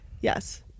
Yes